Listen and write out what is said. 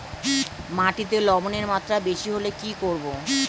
মাটিতে লবণের মাত্রা বেশি হলে কি করব?